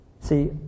See